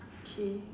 K